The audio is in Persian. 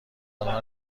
آنها